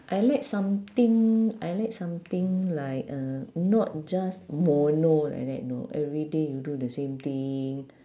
I like something I like something like uh not just mono like that you know everyday you do the same thing